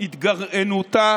התגרענותה